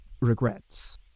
Regrets